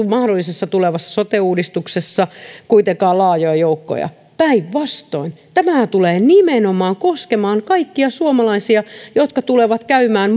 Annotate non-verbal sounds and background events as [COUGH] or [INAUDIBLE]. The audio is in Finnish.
[UNINTELLIGIBLE] mahdollisessa tulevassa sote uudistuksessa kuitenkaan laajoja joukkoja niin päinvastoin tämähän tulee nimenomaan koskemaan kaikkia suomalaisia jotka tulevat käymään [UNINTELLIGIBLE]